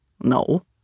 No